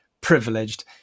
privileged